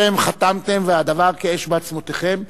אתם חתמתם והדבר כאש בעצמותיכם,